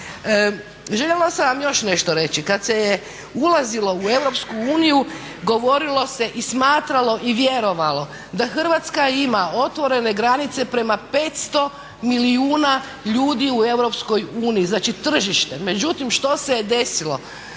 Željela sam vam još nešto reći kada se je ulazilo u EU govorilo se i smatralo i vjerovalo da Hrvatska ima otvorene granice prema 500 milijuna ljudi u EU, znači tržište.